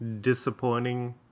Disappointing